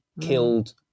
killed